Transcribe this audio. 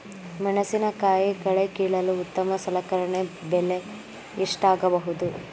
ಮೆಣಸಿನಕಾಯಿ ಕಳೆ ಕೀಳಲು ಉತ್ತಮ ಸಲಕರಣೆ ಬೆಲೆ ಎಷ್ಟಾಗಬಹುದು?